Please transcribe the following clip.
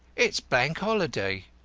it's bank holiday,